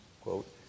quote